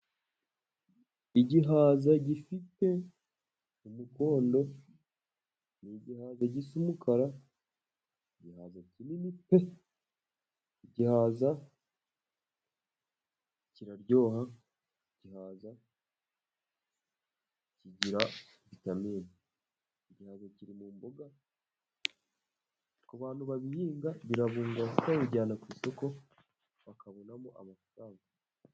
Igihaza gifite umukondo, ni igihaza gisa umukara. Igihaza kinini pe! Igihaza kiraryoha. Igihaza kigira vitamine. Igihaza kiri mu mboga . Ku bantu babihinga birabungura kuko babijyana ku isoko bakabonamo amafaranga.